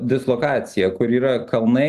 dislokacija kur yra kalnai